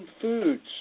foods